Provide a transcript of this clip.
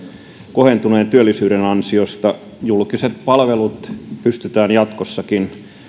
kohentuneen työllisyyden ansiosta julkiset palvelut pystytään jatkossakin